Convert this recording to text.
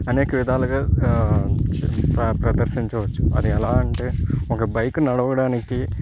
అనేక విధాలుగా ప్ర ప్రదర్శించవచ్చు అది ఎలా అంటే ఒక బైక్ నడవడానికి